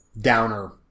downer